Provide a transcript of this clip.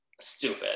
stupid